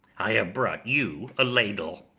i have brought you a ladle.